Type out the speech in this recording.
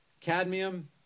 cadmium